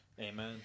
Amen